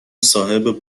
صاحب